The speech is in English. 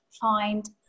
find